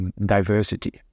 diversity